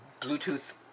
Bluetooth